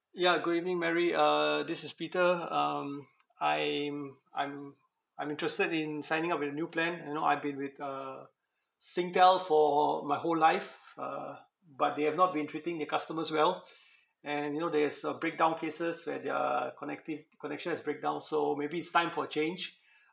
ya good evening mary uh this is peter um I'm I'm I'm interested in signing up with a new plan you know I've been with uh singtel for my whole life uh but they have not been treating their customers well and you know there is uh break down cases where their connective connection has break down so maybe it's time for a change